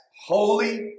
holy